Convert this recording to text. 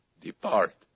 depart